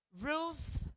Ruth